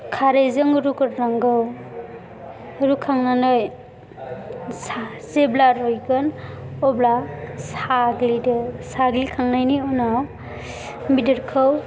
खारैजों रुग्रोनांगौ रुखांनानै जेब्ला रुयगोन अब्ला साग्लिदो साग्लिखांनायनि उनाव बेदरखौ